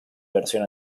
versión